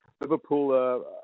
Liverpool